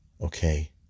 Okay